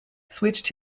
switched